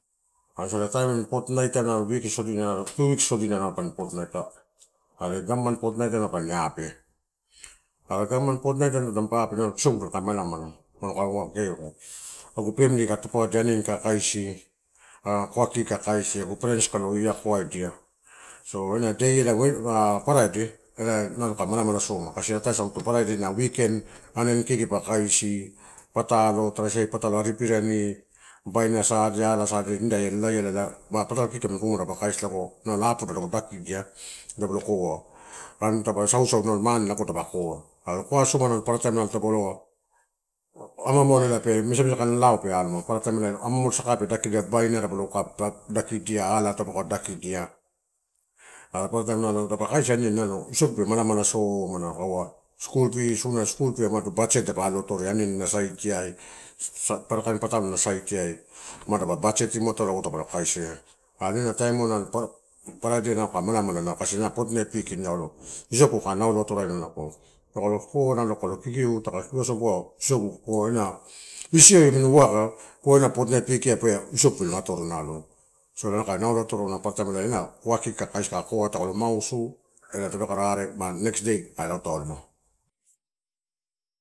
Apuna taim fortnight ai nalo wiki sodinai, two wiks sodina nalo mapa fortnight are government fortnight nalo mapa abe. Are government fortnight nalo tapa abe, nalo isogu kai malamala nalo kaua kee agu family kai tupadeni kai kaisi, ah koa ki kakaisi agu friends kalo iakoaidia. So, ena day en friday, nalo kai mala mala soma kasi ataisaguto friday na weekend ani kiki pa kaisi patalo, tara sai patalo arii ipirani babaina sadia ala sadia ida la lallaiala ma patalo kikianini ruma lago nalo opoda dapalo daki ia lago dapa koa. An dapa sausau mane lago dapa koa. Are koa soma paparataim mamalo saka pe a muamarela pe misamisa pe kaunalauope paparataim amu saka pe dakia babainia dapakolo pa dakikia, ala dapaka dakidia. Are paparataim dapakaisi niani nalo isogu pe malamala soma na oua skul fee, sunala skul fee umado batjet dapa alo atoria aniani a sait ai paparakain patalo ena saitiai madapa batjetim atoria dapalo kaisia. Are ena taimioi. Friday nalo kai malamala kasi na fortnight weekend ela isogu kai nalo atoraina taka o koa nala kalo kikiu, taka kikiu a soma nalo isogu pua ena iso eh amini waka paa enu fortnight week eh pua isogu pelo atoro. So nalo kai naulo atoro, paparataim ena koa kiki kaisi kai koa kalo mausu ela matapeka rare, ma next day kai lautauloma.